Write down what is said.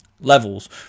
levels